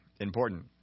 important